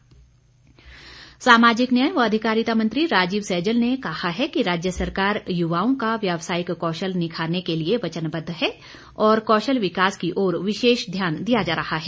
राजीव सैजल सामाजिक न्याय व अधिकारिता मंत्री राजीव सैजल ने कहा है कि राज्य सरकार युवाओं का व्यवसायिक कौशल निखारने के लिए वचनबद्ध है और कौशल विकास की ओर विशेष ध्यान दिया जा रहा है